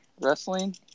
wrestling